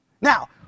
Now